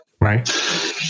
Right